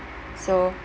so